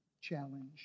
challenge